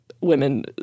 women